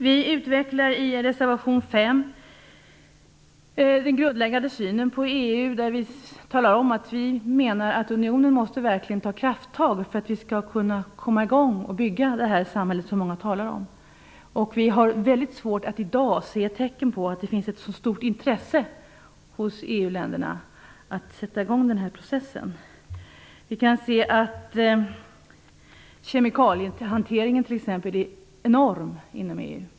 Vi utvecklar i reservation 5 den grundläggande synen på EU och talar om att vi menar att unionen verkligen måste ta krafttag för att vi skall kunna komma i gång och bygga det samhälle som många talar om. Vi har väldigt svårt att i dag se tecken på att det finns något stort intresse hos EU-länderna för att sätta i gång denna process. Vi kan t.ex. se att kemikaliehanteringen är enorm inom EU.